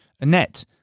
Annette